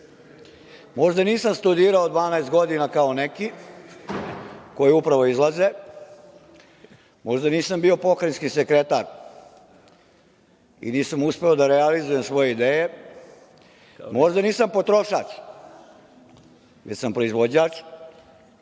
Možda nisam studirao 12 godina kao neki koji upravo izlaze. Možda nisam bio Pokrajinski sekretar i nisam uspeo da realizujem svoje ideje. Možda nisam potrošač, već sam proizvođač,